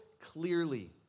clearly